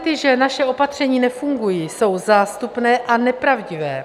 Argumenty, že naše opatření nefungují, jsou zástupné a nepravdivé.